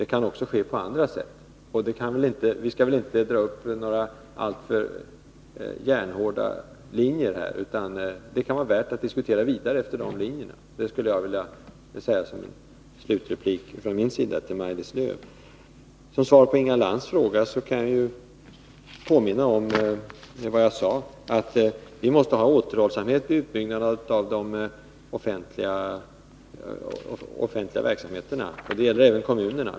Det kan också ske på andra sätt. Vi skall väl inte dra upp alltför skarpa skiljelinjer, utan det kan vara värt att diskutera vidare från dessa utgångspunkter. Det skulle jag vilja säga som en slutreplik från min sida till Maj-Lis Lööw. Som svar på Inga Lantz fråga kan jag påminna om vad jag tidigare sade, nämligen att vi måste visa återhållsamhet i utbyggnaden av de offentliga verksamheterna. Det gäller även kommunerna.